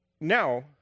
Now